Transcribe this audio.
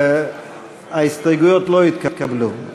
ההסתייגויות לא התקבלו.